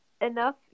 enough